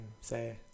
say